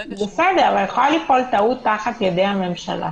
בסדר, אבל יכולה ליפול טעות תחת ידי הממשלה,